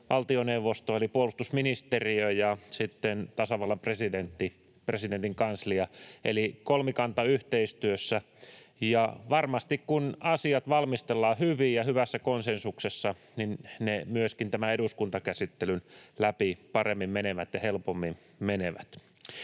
valtioneuvosto eli puolustusministeriö ja sitten tasavallan presidentin kanslia — eli kolmikantayhteistyössä. Ja varmasti, kun asiat valmistellaan hyvin ja hyvässä konsensuksessa, ne myöskin tämän eduskuntakäsittelyn läpi paremmin ja helpommin menevät.